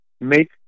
make